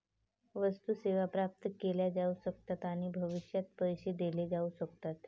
वस्तू, सेवा प्राप्त केल्या जाऊ शकतात आणि भविष्यात पैसे दिले जाऊ शकतात